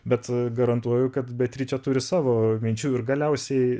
bet garantuoju kad beatričė turi savo minčių ir galiausiai